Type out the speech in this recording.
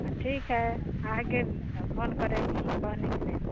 ठीक है आएगे फोन करेंगे कहने के लिए